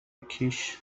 کیش